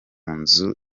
nzu